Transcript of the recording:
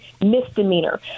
misdemeanor